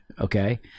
Okay